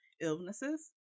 illnesses